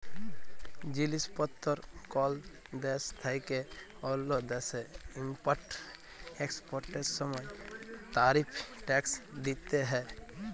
জিলিস পত্তর কল দ্যাশ থ্যাইকে অল্য দ্যাশে ইম্পর্ট এক্সপর্টের সময় তারিফ ট্যাক্স দ্যিতে হ্যয়